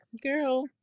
girl